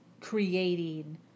creating